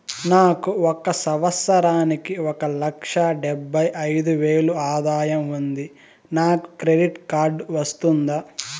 నాకు ఒక సంవత్సరానికి ఒక లక్ష డెబ్బై అయిదు వేలు ఆదాయం ఉంది నాకు క్రెడిట్ కార్డు వస్తుందా?